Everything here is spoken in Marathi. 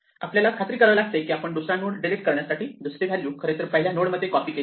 आपल्याला खात्री करावी लागते की आपण दुसरा नोड डिलीट करण्यासाठी दुसरी व्हॅल्यू खरेतर पहिल्या नोड मध्ये कॉपी केली आहे